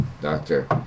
doctor